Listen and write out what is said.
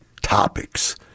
topics